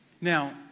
Now